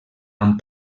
amb